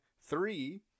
three